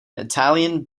italian